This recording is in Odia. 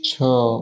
ଛଅ